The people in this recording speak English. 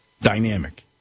Dynamic